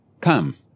come